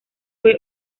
fue